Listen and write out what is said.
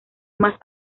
más